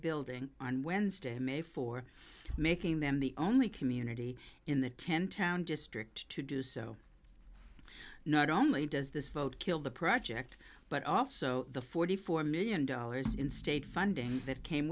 building on wednesday may four making them the only community in the ten town district to do so not only does this vote kill the project but also the forty four million dollars in state funding that came